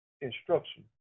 instruction